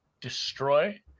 destroy